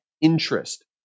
interest